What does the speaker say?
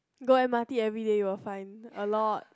go m_r_t everyday you will find a lot